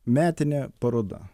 metinė paroda